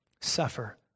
suffer